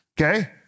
okay